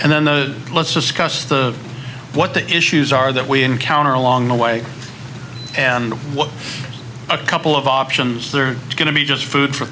and then the let's discuss the what the issues are that we encounter along the way and what a couple of options there are going to be just food for